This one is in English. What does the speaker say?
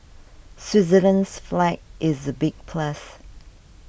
Switzerland's flag is a big plus